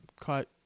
Cut